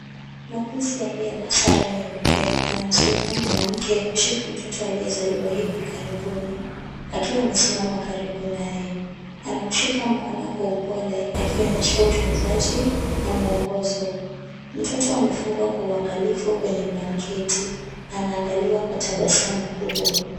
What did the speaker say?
Muguzi aliyevaa sare nyeupe anamsaidia mwanamke kushika mtoto aliyezaliwa hivi karibuni, akiwa amesimama karibu naye. Anamshika mkono kwa upole akionyesha utunzaji na mwongozo. Mtoto amefungwa kwa uangalifu kwenye blanketi na anaangaliwa kwa tabasamu kubwa.